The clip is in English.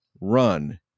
run